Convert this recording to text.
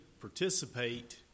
participate